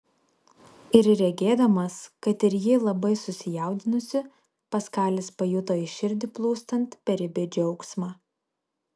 ir regėdamas kad ir ji labai susijaudinusi paskalis pajuto į širdį plūstant beribį džiaugsmą